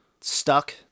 stuck